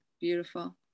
beautiful